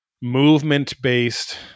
movement-based